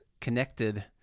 connected